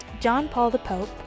JohnPaulThePope